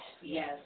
Yes